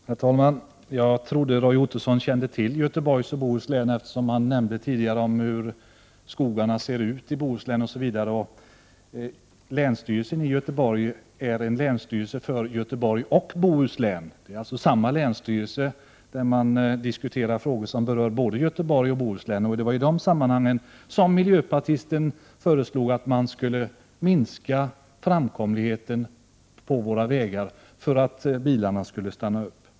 Herr talman! Jag trodde att Roy Ottosson kände till Göteborgs och Bohus län, eftersom han tidigare nämnde hur skogarna i Bohuslän ser ut. Länsstyrelsen i Göteborg är en länsstyrelse för Göteborg och Bohuslän. Samma länsstyrelse diskuterar alltså frågor som berör både Göteborg och Bohuslän. Det var i det sammanhanget som miljöpartisten föreslog att man skulle minska framkomligheten på våra vägar för att bilarna skulle stanna upp.